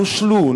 נושלו,